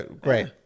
Great